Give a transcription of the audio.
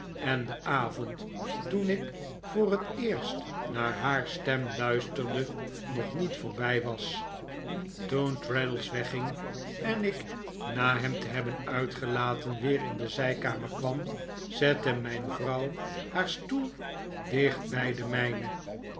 en de avond toen ik voor het eerst naar haar stem luisterde nog niet voorbij was toen traddles wegging en ik na hem te hebben uitgelaten weer in de zijkamer kwam zette mijn vrouw haar stoel dicht bij den mijnen